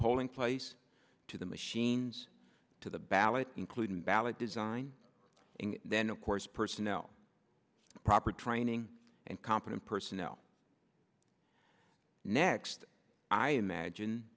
polling place to the machines to the ballot including ballot design and then of course personnel proper training and competent personnel next i imagine